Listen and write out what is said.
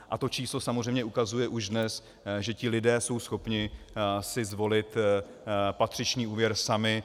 A to číslo samozřejmě ukazuje už dnes, že lidé jsou schopni si zvolit patřičný úvěr sami.